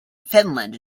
finland